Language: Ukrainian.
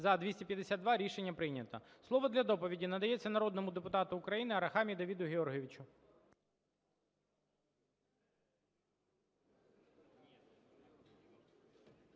За-252 Рішення прийнято. Слово для доповіді надається народному депутату України Арахамії Давиду Георгійовичу.